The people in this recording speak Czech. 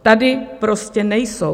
Tady prostě nejsou.